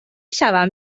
شوم